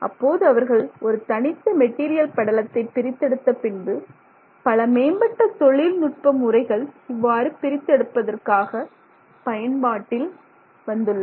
அப்போது அவர்கள் ஒரு தனித்த மெட்டீரியல் படலத்தை பிரித்தெடுத்த பின்பு பல மேம்பட்ட தொழில் நுட்ப முறைகள் இவ்வாறு பிரித்து எடுப்பதற்காக பயன்பாட்டில் வந்துள்ளன